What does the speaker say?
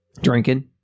Drinking